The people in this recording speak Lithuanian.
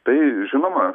tai žinoma